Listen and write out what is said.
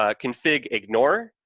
ah config ignore,